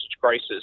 crisis